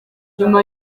nyuma